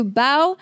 bow